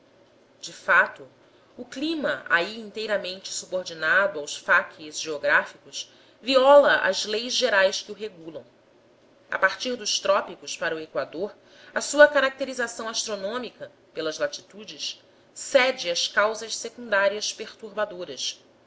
de fato o clima aí inteiramente subordinado ao facies geográfico viola as leis gerais que o regulam a partir dos trópicos para o equador a sua caracterização astronômica pelas latitudes cede às causas secundárias perturbadoras